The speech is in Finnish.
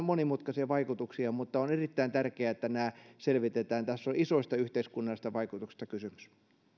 monimutkaisia vaikutuksia mutta on erittäin tärkeää että nämä selvitetään tässä on isoista yhteiskunnallisista vaikutuksista kysymys